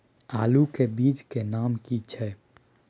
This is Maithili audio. आलू के बीज के नाम की छै?